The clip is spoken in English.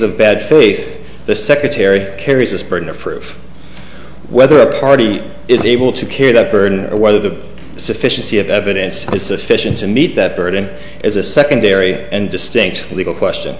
of bad faith the secretary kerry's this burden of proof whether a party is able to carry that burden or whether the sufficiency of evidence is sufficient to meet that burden is a secondary and distinct legal question